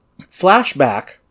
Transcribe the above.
Flashback